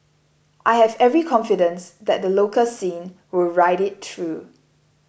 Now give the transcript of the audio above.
I have every confidence that the local scene will ride it through